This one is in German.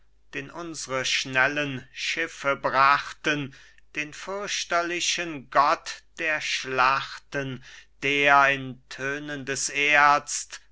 den unsre schnellen schiffe brachten den fürchterlichen gott der schlachten der in tönendes erz